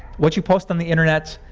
what you post on the internet?